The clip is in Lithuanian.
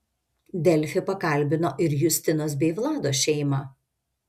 delfi pakalbino ir justinos bei vlado šeimą